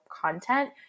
content